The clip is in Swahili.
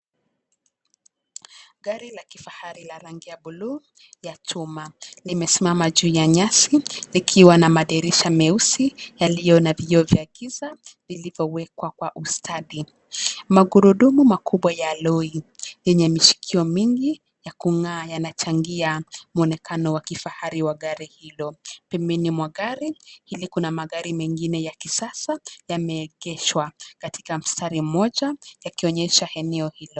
Gari la kifahari la rangi la buluu, ya chuma, limesimama juu ya nyasi, likiwa na madirisha meusi yaliyo na vioo vya giza, vilivyowekwa kwa ustadi. Magurudumu makubwa ya aloi, yenye mishikio mingi ya kung'aa, yanachangia muonekano wa kifahari wa gari hilo. Pembeni mwa gari hili, kuna magari mengine ya kisasa yameegeshwa, katika mstari mmoja, yakionyesha eneo hilo.